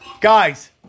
Guys